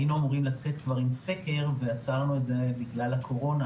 היינו אומרים לצאת כבר עם סקר ועצרנו את זה בגלל הקורונה.